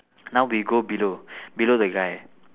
now we go below below the guy